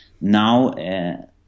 now